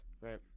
Right